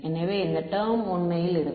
எனவே இந்த டெர்ம் உண்மையில் இருக்கும்